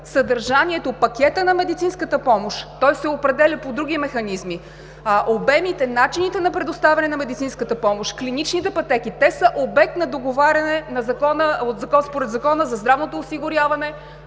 Съдържанието, пакета на медицинската помощ се определя по други механизми. Обемите, начините на предоставяне на медицинската помощ, клиничните пътеки, са обект на договаряне според Закона за здравното осигуряване